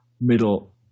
middle